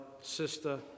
sister